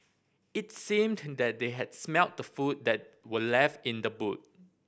it seemed that they had smelt the food that were left in the boot